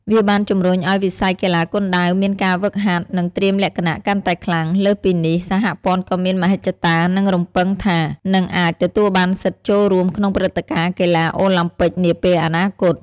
វាបានជំរុញឱ្យវិស័យកីឡាគុនដាវមានការហ្វឹកហាត់ និងត្រៀមលក្ខណៈកាន់តែខ្លាំង លើសពីនេះ សហព័ន្ធក៏មានមហិច្ឆតា និងរំពឹងថា នឹងអាចទទួលបានសិទ្ធិចូលរួមក្នុងព្រឹត្តិការណ៍កីឡាអូឡាំពិកនាពេលអនាគត។